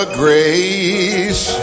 grace